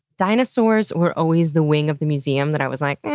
dinosaurs were always the wing of the museum that i was like,